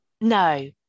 no